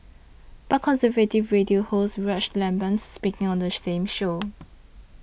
but conservative radio host Rush Limbaugh speaking on the same show